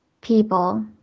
people